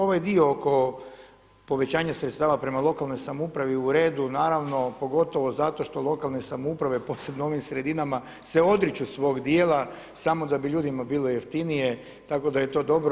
Ovaj dio oko povećanja sredstava prema lokalnoj samoupravi u redu naravno, pogotovo zato što lokalne samouprave posebno u onim sredinama se odriču svog dijela samo da bi ljudima bilo jeftinije tako da je to dobro.